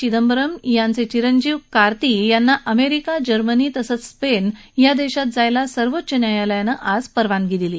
चिंदबरम यांचा मुलगा कार्ती याला अमेरिका जर्मनी तसंच स्पेन या देशात जायला सर्वोच्च न्यायालयानं आज परवानगी दिली